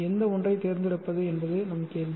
எந்த ஒன்றைத் தேர்ந்தெடுப்பது என்பது நம் கேள்வி